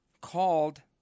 called